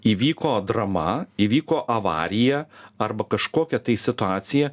įvyko drama įvyko avarija arba kažkokia tai situacija